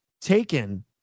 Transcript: taken